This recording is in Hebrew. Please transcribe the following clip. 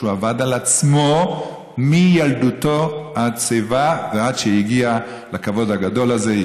שהוא עבד על עצמו מילדותו עד שיבה ועד שהגיע לכבוד הגדול הזה.